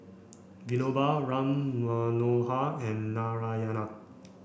Vinoba Ram Manohar and Narayana